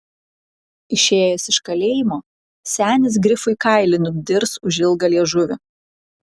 išėjęs iš kalėjimo senis grifui kailį nudirs už ilgą liežuvį